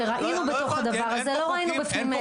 שראינו בתוך הדבר הזה --- אין פה